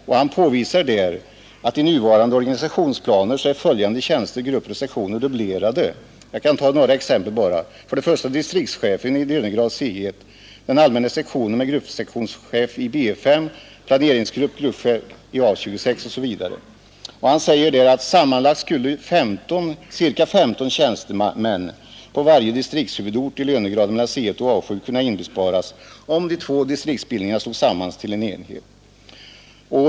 Det påvisas där att i nuvarande organisationsplaner är följande tjänster, grupper och sektioner dubblerade — jag tar bara några exempel: distriktschef i lönegrad C 1, allmän sektion med gruppsektionschef i B 5 samt planeringsgrupp, gruppchef i A 26. Det står i insändaren att sammanlagt skulle 15 tjänstemän på varje distriktshuvudort i lönegrader mellan C 1 och A 7 kunna inbesparas, om de två distriktsbildningarna slogs samman till en enhet.